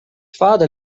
father